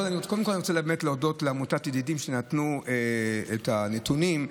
אני רוצה להודות לעמותת ידידים, שנתנו את הנתונים.